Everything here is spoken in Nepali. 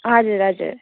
हजुर हजुर